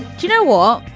you know um